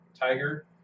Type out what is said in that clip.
Tiger